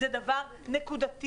זה דבר נקודתי,